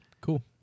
Cool